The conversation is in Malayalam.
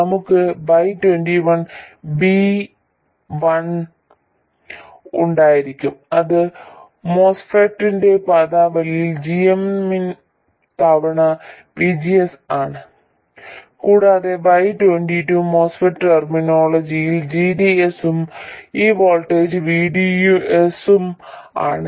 നമുക്ക് Y21 V1 ഉണ്ടായിരിക്കും അത് MOSFET ന്റെ പദാവലിയിൽ g m തവണ VGS ആണ് കൂടാതെ Y22 MOSFET ടെർമിനോളജിയിൽ gds ഉം ഈ വോൾട്ടേജ് VDS ഉം ആണ്